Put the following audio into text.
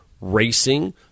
Racing